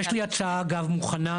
יש לי הצעה מוכנה,